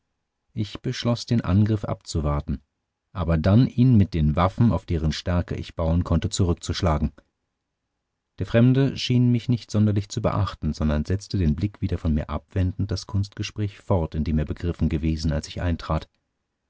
ich beschloß den angriff abzuwarten aber dann ihn mit den waffen auf deren stärke ich bauen konnte zurückzuschlagen der fremde schien mich nicht sonderlich zu beachten sondern setzte den blick wieder von mir abwendend das kunstgespräch fort in dem er begriffen gewesen als ich eintrat